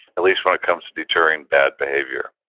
at least when it comes to deterring bad behavior